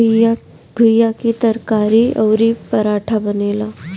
घुईया कअ तरकारी अउरी पराठा बनेला